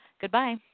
Goodbye